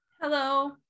Hello